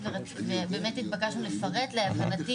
הוא עובד במסלול הנוכחי,